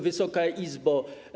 Wysoka Izbo!